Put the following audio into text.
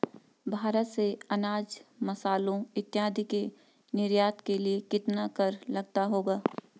भारत से अनाज, मसालों इत्यादि के निर्यात के लिए कितना कर लगता होगा?